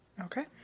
Okay